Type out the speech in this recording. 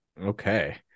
okay